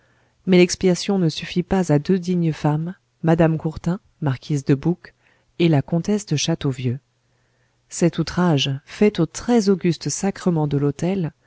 mais l'expiation ne suffit pas à deux dignes femmes madame courtin marquise de boucs et la comtesse de châteauvieux cet outrage fait au très auguste sacrement de l'autel